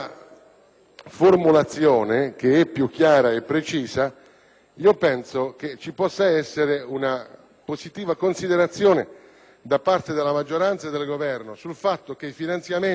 nuova formulazione, più chiara e precisa, penso che ci possa essere una positiva considerazione da parte della maggioranza e del Governo sul fatto che i finanziamenti